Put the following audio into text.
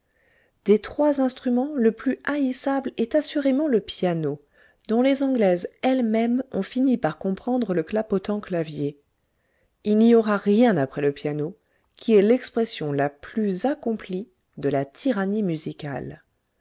des trois instruments le plus haïssable est assurément le piano dont les anglaises elles-mêmes ont fini par comprendre le clapotant clavier il n'y aura rien après le piano qui est l'expression la plus accomplie de la tyrannie musicale